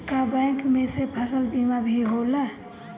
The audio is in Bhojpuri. का बैंक में से फसल बीमा भी होला?